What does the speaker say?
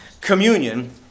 communion